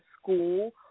school